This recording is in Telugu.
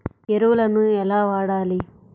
ఎరువులను ఎలా వాడాలి?